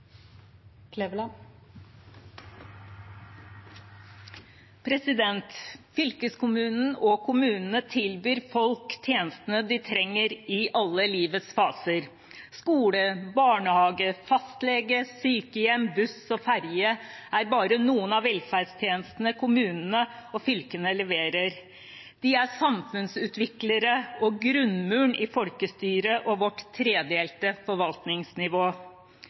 og kommunene tilbyr folk tjenestene de trenger i alle livets faser. Skole, barnehage, fastlege, sykehjem, buss og ferje er bare noen av velferdstjenestene kommunene og fylkene leverer. De er samfunnsutviklere og «grunnmuren» i folkestyret og vårt tredelte forvaltningsnivå.